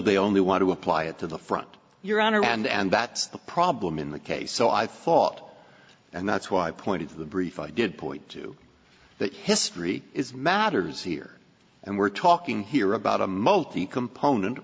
they only want to apply it to the front your honor and that's the problem in the case so i thought and that's why i pointed to the brief i did point too but history is matters here and we're talking here about a multi component